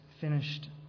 finished